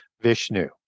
Vishnu